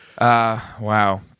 Wow